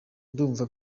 ndumva